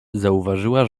zauważyła